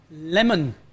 Lemon